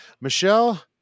Michelle